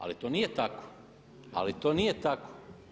Ali to nije tako, ali to nije tako.